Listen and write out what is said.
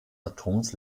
atoms